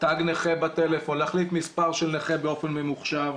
תג נכה בטלפון, להחליף מספר של נכה באופן ממוחשב.